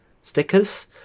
stickers